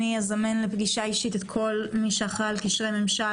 אני אזמן לפגישה אישית בלשכה שלי את כל מי שאחראי על קשרי ממשל,